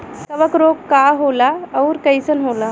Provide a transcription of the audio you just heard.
कवक रोग का होला अउर कईसन होला?